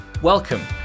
Welcome